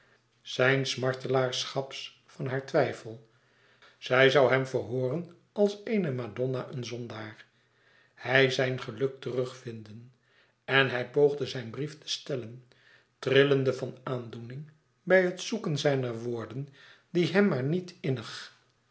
zijns martelaarschaps van haar twijfel zij zou hem verhooren als eene madonna een zondaar hij zijn geluk terugvinden en hij poogde zijn brief te stellen trillende van aandoening bij het zoeken zijner woorden die hem maar niet innig